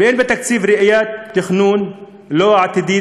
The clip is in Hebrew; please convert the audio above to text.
ואין בתקציב ראייה ותכנון עתידיים